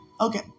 Okay